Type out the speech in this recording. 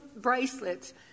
bracelets